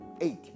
eight